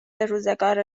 روزگار